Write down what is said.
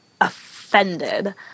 offended